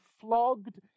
flogged